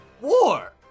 war